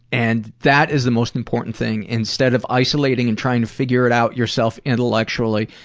and that is the most important thing. instead of isolating and trying to figure it out yourself intellectually,